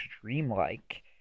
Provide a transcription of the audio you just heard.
dreamlike